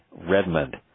Redmond